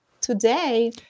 Today